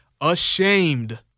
ashamed